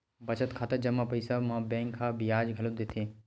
बचत खाता के जमा पइसा म बेंक ह बियाज घलो देथे